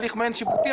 הליך מעין שיפוטי.